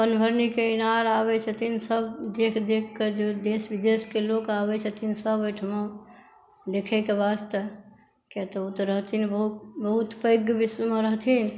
पानिभरनीके ईनार आबै छथिन सभ देख देखके देश विदेशके लोक आबै छथिन सभ ओहिठमा देख़यके वास्ते कियाकि ओ तऽ रहथिन बहुत पैघ विश्वमे रहथिन